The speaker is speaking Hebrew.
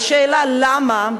על השאלה למה,